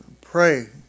Pray